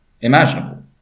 imaginable